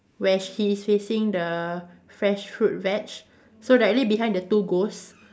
where she is facing the fresh fruit veg so directly behind the two ghost